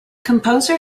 composer